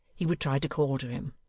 he would try to call to him.